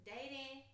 Dating